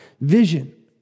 vision